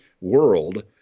world